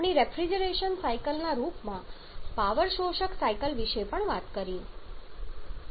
આપણે refrigeration cycle ના રૂપમાં પાવર શોષક સાયકલ વિશે પણ વાત કરી છે